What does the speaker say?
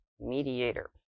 mediator